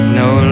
no